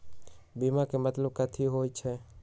बीमा के मतलब कथी होई छई?